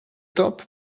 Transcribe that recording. top